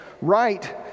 right